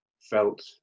felt